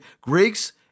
Greeks